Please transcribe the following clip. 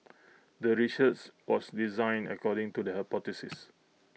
the research was designed according to the hypothesis